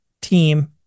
team